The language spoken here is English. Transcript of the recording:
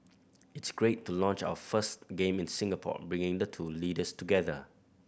it's great to launch our first game in Singapore bringing the two leaders together